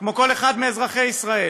כמו כל אחד מאזרחי ישראל.